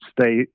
stay